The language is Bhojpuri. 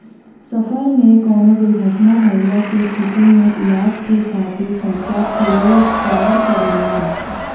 सफर में कउनो दुर्घटना भइले के स्थिति में इलाज के खातिर खर्चा के कवर करेला